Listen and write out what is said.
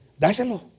Dáselo